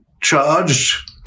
charged